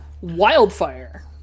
Wildfire